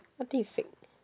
what did you say